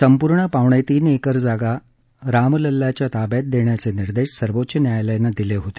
संपूर्ण पावणेतीन एकर जागा रामलल्लाच्या ताब्यात देण्याचे निर्देश सर्वोच्च न्यायालयानं दिले होते